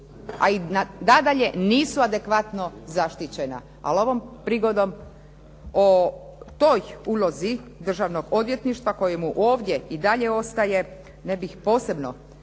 a i nadalje nisu adekvatno zaštićena ali ovom prigodom o toj ulozi državnog odvjetništva kojemu ovdje i dalje ostaje ne bih posebno